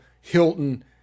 Hilton